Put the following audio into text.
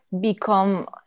become